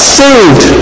saved